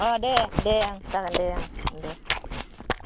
अ दे दे ओं जागोन दे ओं दे